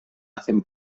hacen